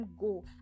go